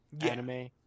anime